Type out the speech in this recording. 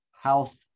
health